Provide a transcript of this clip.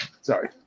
Sorry